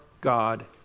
God